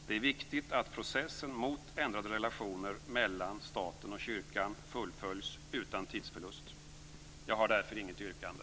Det är viktigt att processen mot ändrade relationer mellan staten och kyrkan fullföljs utan tidsförlust. Jag har därför inget yrkande.